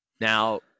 Now